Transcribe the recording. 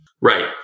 Right